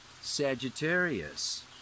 Sagittarius